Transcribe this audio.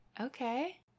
Okay